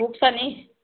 पुग्छ नि